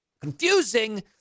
confusing